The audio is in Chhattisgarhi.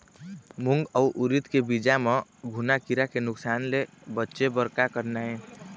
मूंग अउ उरीद के बीज म घुना किरा के नुकसान ले बचे बर का करना ये?